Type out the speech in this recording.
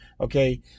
Okay